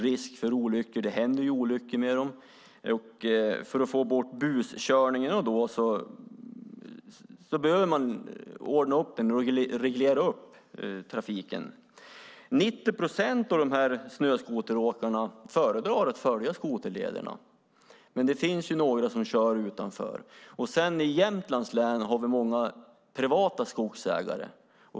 Risken för olyckor finns, och olyckor händer. För att få bort buskörningen behöver trafiken regleras. 90 procent av snöskoteråkarna föredrar att följa skoterlederna. Men det finns också några som kör utanför dessa. I Jämtlands län finns det många privata skogsägare.